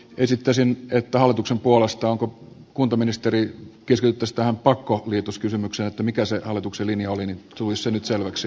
esittäisin että keskityttäisiin tähän pakkoliitoskysymykseen että mikä se hallituksen linja oli niin tulisi se nyt selväksi